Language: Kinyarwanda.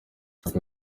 ariko